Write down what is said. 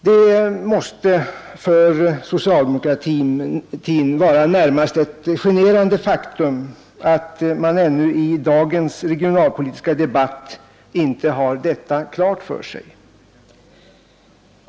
Det måste vara ett för socialdemokratin närmast generande faktum att man ännu i dagens regionalpolitiska debatt inte har detta klart för sig.